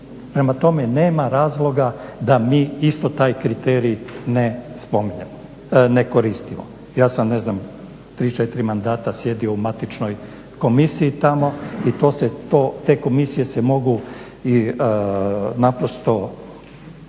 Prema tome, nema razloga da mi isto taj kriterij ne koristimo. Ja sam 3-4 mandata sjedio u matičnoj komisiji tamo i te komisije se mogu naprosto